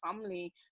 family